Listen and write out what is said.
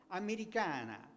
americana